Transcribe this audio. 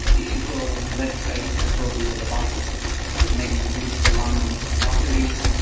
if you go in that space, then probably the devices that maybe needs to run on batteries,